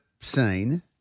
scene